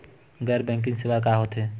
गैर बैंकिंग सेवाएं का होथे?